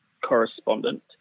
correspondent